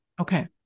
Okay